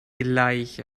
gleich